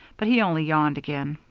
but he only yawned again.